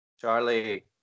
Charlie